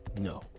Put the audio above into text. no